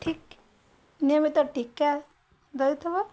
ଠିକ ନିୟମିତ ଟୀକା ଦେଇଥିବ